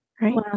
right